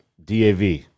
DAV